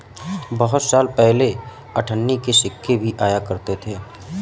बहुत साल पहले अठन्नी के सिक्के भी आया करते थे